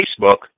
Facebook